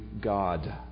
God